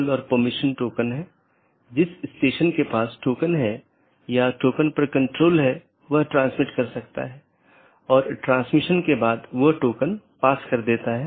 मुख्य रूप से दो BGP साथियों के बीच एक TCP सत्र स्थापित होने के बाद प्रत्येक राउटर पड़ोसी को एक open मेसेज भेजता है जोकि BGP कनेक्शन खोलता है और पुष्टि करता है जैसा कि हमने पहले उल्लेख किया था कि यह कनेक्शन स्थापित करता है